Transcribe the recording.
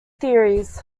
theories